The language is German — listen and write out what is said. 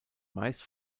meist